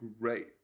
great